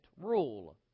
rule